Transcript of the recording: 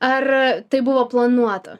ar tai buvo planuota